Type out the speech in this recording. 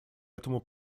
этому